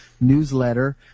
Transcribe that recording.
newsletter